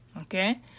Okay